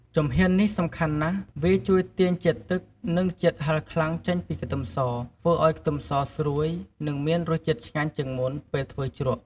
ជំហាននេះសំខាន់ណាស់ វាជួយទាញជាតិទឹក និងជាតិហឹរខ្លាំងចេញពីខ្ទឹមស ធ្វើឱ្យខ្ទឹមសស្រួយ និងមានរសជាតិឆ្ងាញ់ជាងមុនពេលធ្វើជ្រក់។